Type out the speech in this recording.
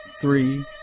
three